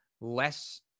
less